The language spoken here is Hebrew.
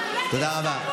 תודה רבה.